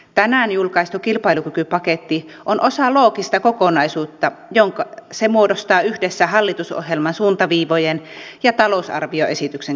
tänään julkaistu kilpailukykypaketti on osa loogista kokonaisuutta jonka se muodostaa yhdessä hallitusohjelman suuntaviivojen ja talousarvioesityksen kanssa